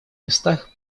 местах